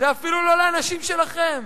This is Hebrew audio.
זה אפילו לא לאנשים שלכם.